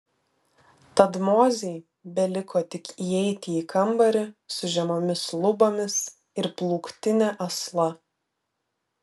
tad mozei beliko tik įeiti į kambarį su žemomis lubomis ir plūktine asla